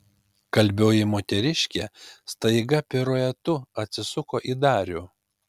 kalbioji moteriškė staiga piruetu atsisuko į darių